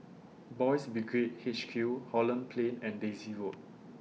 Boys' Brigade H Q Holland Plain and Daisy Road